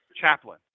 chaplain